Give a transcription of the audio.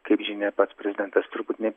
kaip žinia pats prezidentas turbūt ne